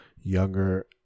younger